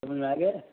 समझ में आ गया